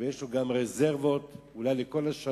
ויש לו גם רזרבות, אולי לכל השנה,